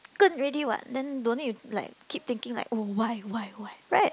good already what then don't need to like keep thinking like oh why why why right